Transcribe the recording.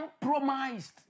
compromised